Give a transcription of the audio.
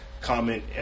comment